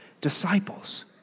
disciples